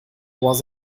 was